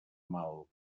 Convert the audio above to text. mal